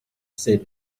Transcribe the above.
said